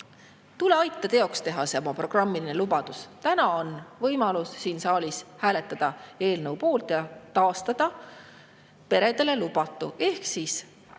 tule aita teoks teha see oma programmiline lubadus. Täna on võimalus siin saalis hääletada eelnõu poolt ja taastada peredele lubatu ehk